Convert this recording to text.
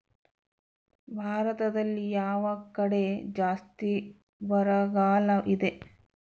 ಭಾರತದಲ್ಲಿ ಯಾವ ಕಡೆ ಜಾಸ್ತಿ ಬರಗಾಲ ಇದೆ?